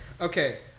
Okay